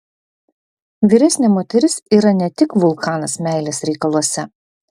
vyresnė moteris yra ne tik vulkanas meilės reikaluose